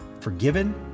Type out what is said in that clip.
forgiven